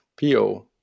PO